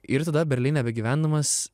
ir tada berlyne begyvendamas